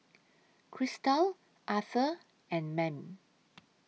Kristal Arthur and Mame